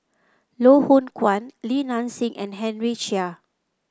Loh Hoong Kwan Li Nanxing and Henry Chia